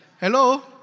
Hello